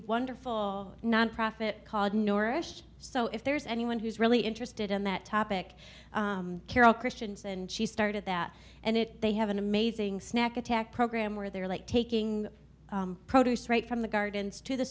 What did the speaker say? wonderful nonprofit called norrish so if there's anyone who's really interested in that topic carol christians and she started that and it they have an amazing snack attack program where they're like taking produce right from the gardens to the